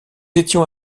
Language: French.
étions